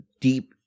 deep